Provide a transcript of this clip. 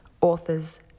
author's